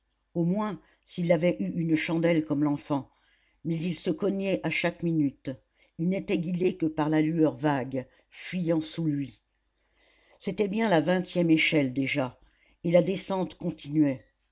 au moins s'il avait eu une chandelle comme l'enfant mais il se cognait à chaque minute il n'était guidé que par la lueur vague fuyant sous lui c'était bien la vingtième échelle déjà et la descente continuait